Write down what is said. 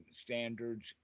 standards